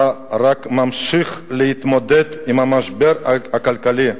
אתה רק ממשיך להתמודד עם המשבר הכלכלי,